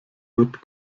wird